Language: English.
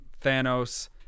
Thanos